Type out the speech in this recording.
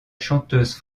chanteuse